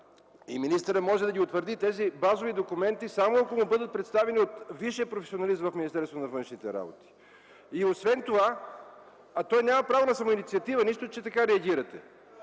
министърът може да утвърди тези базови документи, само ако му бъдат представени от висшия професионалист в Министерството на външните работи. (Смях и оживление в КБ.) Той няма право на самоинициатива, нищо, че така реагирате.